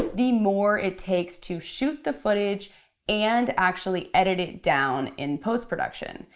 the more it takes to shoot the footage and actually edit it down in post-production.